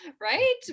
right